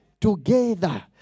Together